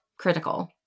critical